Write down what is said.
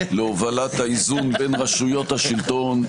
להובלת האיזון בין רשויות השלטון,